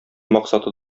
максаты